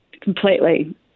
Completely